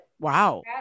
Wow